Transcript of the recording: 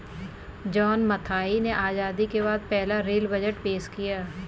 John Mathai ने आजादी के बाद पहला रेल बजट पेश किया